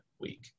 week